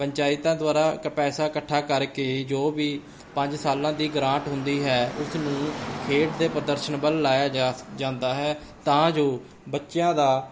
ਪੰਚਾਇਤਾਂ ਦੁਆਰਾ ਪੈਸਾ ਇਕੱਠਾ ਕਰਕੇ ਜੋ ਵੀ ਪੰਜ ਸਾਲਾਂ ਦੀ ਗ੍ਰਾਂਟ ਹੁੰਦੀ ਹੈ ਉਸ ਨੂੰ ਖੇਡ ਦੇ ਪ੍ਰਦਰਸ਼ਨ ਵੱਲ ਲਾਇਆ ਜਾ ਜਾਂਦਾ ਹੈ ਤਾਂ ਜੋ ਬੱਚਿਆਂ ਦਾ